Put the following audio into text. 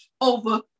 over